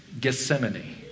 Gethsemane